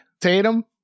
Tatum